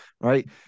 right